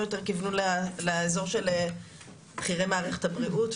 יותר כיוונו לאיזור של בכירי מערכת הבריאות,